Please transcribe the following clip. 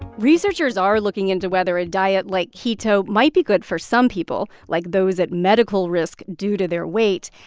researchers are looking into whether a diet like keto might be good for some people, like those at medical risk due to their weight.